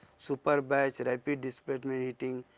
super batch, rapid displacement heating,